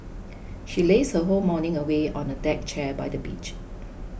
she lazed her whole morning away on a deck chair by the beach